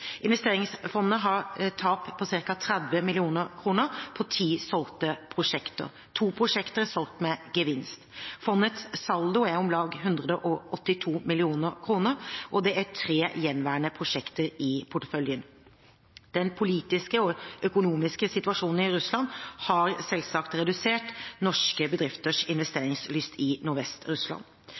Investeringsfondet har tap på ca. 30 mill. kr på ti solgte prosjekter. To prosjekter er solgt med gevinst. Fondets saldo er om lag 182 mill. kr. Det er tre gjenværende prosjekter i porteføljen. Den politiske og økonomiske situasjonen i Russland har selvsagt redusert norske bedrifters investeringslyst i